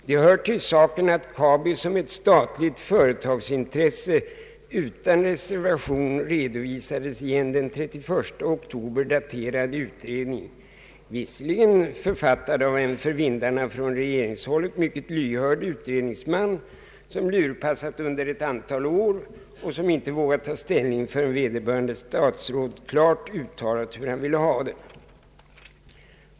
Det hör till saken att Kabi som ett statligt företagsintresse utan reservation redovisades i en den 31 oktober daterad utredning, visserligen författad av en för vindarna från regerings håll mycket lyhörd utredningsman som lurpassat under ett antal år och inte vågat ta ställning förrän vederbörande statsråd klart uttalat hur han ville ha det.